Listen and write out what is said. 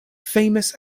famous